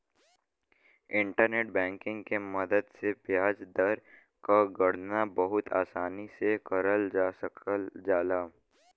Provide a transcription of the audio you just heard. internet banking के मदद से ब्याज दर क गणना बहुत आसानी से करल जा सकल जाला